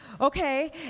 okay